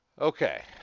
Okay